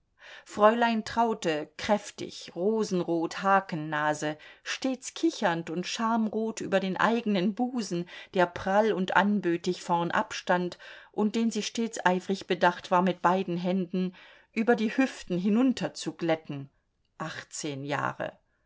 fräulein traute kräftig rosenrot hakennase stets kichernd und schamrot über den eigenen busen der prall und anbötig vorn abstand und den sie stets eifrig bedacht war mit beiden händen über die hüften hinunterzuglätten achtzehn jahre